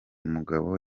mugabo